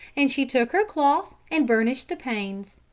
and she took her cloth and burnished the panes.